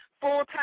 full-time